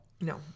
No